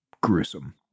gruesome